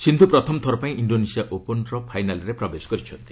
ସିନ୍ଧୁ ପ୍ରଥମଥର ପାଇଁ ଇଷ୍ଡୋନେସିଆ ଓପନ୍ର ଫାଇନାଲ୍ରେ ପ୍ରବେଶ କରିଛନ୍ତି